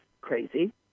crazy